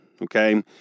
okay